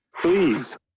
Please